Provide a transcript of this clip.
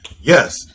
Yes